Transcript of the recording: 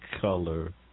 color